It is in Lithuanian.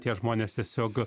tie žmonės tiesiog